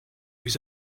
was